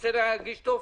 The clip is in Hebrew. שרוצה להגיש טופס.